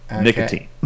nicotine